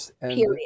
period